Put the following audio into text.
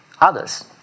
others